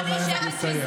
תני לנואמת לסיים.